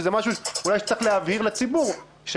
שזה משהו שאולי צריך להבהיר לציבור,